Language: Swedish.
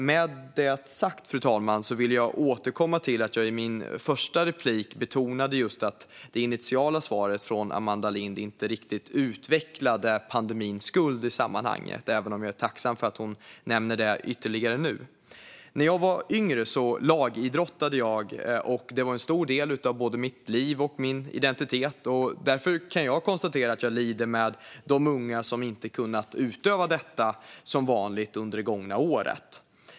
Med det sagt, fru talman, vill jag återkomma till att jag i mitt första inlägg betonade just att det initiala svaret från Amanda Lind inte riktigt utvecklade pandemins skuld i sammanhanget, även om jag är tacksam för att hon nämner det ytterligare nu. När jag var yngre lagidrottade jag. Det var en stor del av både mitt liv och min identitet. Därför kan jag konstatera att jag lider med de unga som inte har kunnat utöva detta som vanligt under det gångna året.